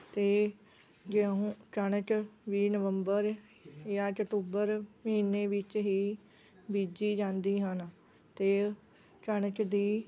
ਅਤੇ ਜੇ ਹੁ ਕਣਕ ਵੀ ਨਵੰਬਰ ਜਾਂ ਅਕਤੂਬਰ ਮਹੀਨੇ ਵਿੱਚ ਹੀ ਬੀਜੀ ਜਾਂਦੀ ਹਨ ਅਤੇ ਕਣਕ ਦੀ